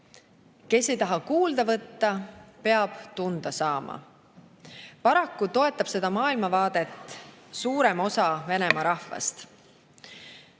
kes ei taha kuulda võtta, see peab tunda saama. Paraku toetab seda maailmavaadet suurem osa Venemaa rahvast.